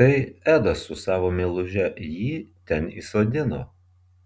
tai edas su savo meiluže jį ten įsodino